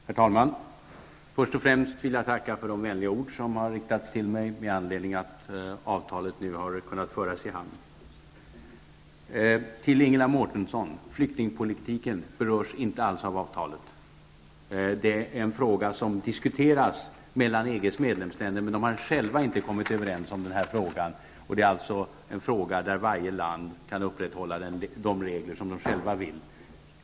Herr talman! Först och främst vill jag tacka för de vänliga ord som riktats till mig med anledning av att avtalet har förts i hamn. Till Ingela Mårtensson: Flyktingpolitiken berörs inte alls av avtalet. Det är en fråga som diskuteras mellan EGs medlemsländer, men dessa har inte själva kommit överens i denna fråga. Varje land kan alltså upprätthålla de regler som det vill.